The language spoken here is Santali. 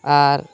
ᱟᱨ